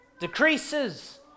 decreases